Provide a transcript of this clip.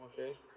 okay